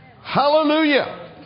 Hallelujah